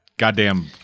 Goddamn